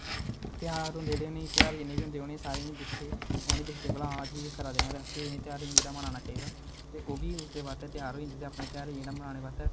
त्योहार होंदे जेहडे़ घ्यारे जिंहे बी होंदे उंहे सारे गी दिक्खदे उंहेगी दिक्खदे भला हां जी एह् करा दे ना ते आसेबी इनें घ्यारें गी जेहड़ा मनाना चाहिदा ते ओ बी उसदे आस्ते त्यार होई जंदी ते अपने घ्यारें गी जेहड़ा मनाने आस्तै